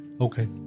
Okay